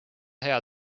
hea